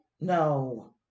no